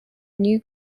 new